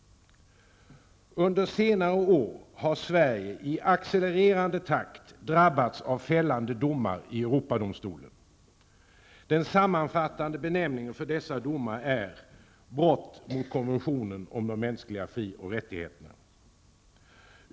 Under senare år har Sverige i accelererande takt drabbats av fällande domar i Europadomstolen. Den sammanfattande benämningen för dessa domar är ''brott mot konventionen för de mänskliga fri och rättigheterna''.